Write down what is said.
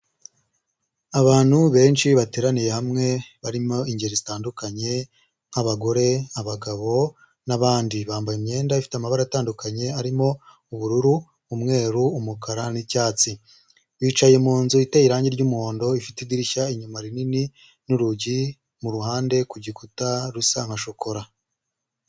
Abantu benshi bateraniye hamwe, barimo ingeri zitandukanye nk'abagore, abagabo n'abandi. Bambaye imyenda ifite amabara atandukanye arimo ubururu, umweru, umukara n'icyatsi. Bicaye mu nzu iteye irange ry'umuhondo, ifite idirishya inyuma rinini n'urugi mu ruhande ku gikuta rusa nka shokora.